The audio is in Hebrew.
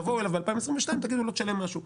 תבואו אליו ב-2022 ותגידו לו: תשלם משהו.